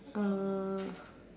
uh